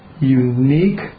unique